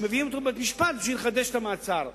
שמביאים אותו לבית-המשפט כדי לחדש את המעצר.